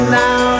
now